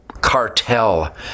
cartel